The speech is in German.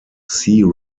sea